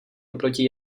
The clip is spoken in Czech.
oproti